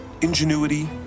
Ingenuity